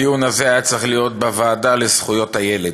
הדיון הזה היה צריך להיות בוועדה לזכויות הילד,